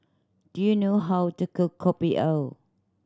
do you know how to cook Kopi O